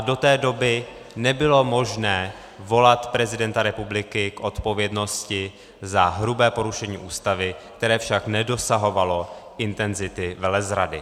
Do té doby nebylo možné volat prezidenta republiky k odpovědnosti za hrubé porušení Ústavy, které však nedosahovalo intenzity velezrady.